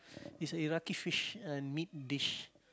is a Iraq fish a meat dish